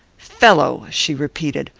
fellow! she repeated,